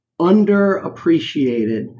underappreciated